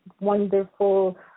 wonderful